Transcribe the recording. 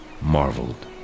marveled